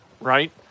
right